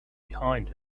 behind